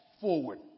forward